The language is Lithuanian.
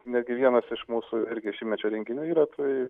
netgi vienas iš mūsų irgi šimtmečio renginių yra tai